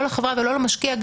לא לחברה ולא למשקיע,